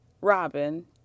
Robin